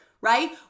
right